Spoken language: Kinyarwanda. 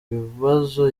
bibazo